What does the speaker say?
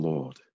Lord